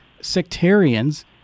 sectarians